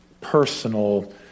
personal